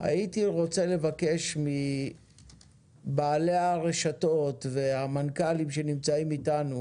הייתי רוצה לבקש מבעלי הרשתות והמנכ"לים שנמצאים איתנו